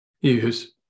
use